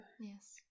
Yes